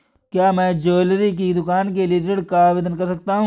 क्या मैं ज्वैलरी की दुकान के लिए ऋण का आवेदन कर सकता हूँ?